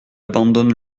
abandonne